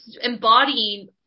embodying